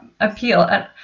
appeal